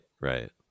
Right